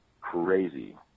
crazy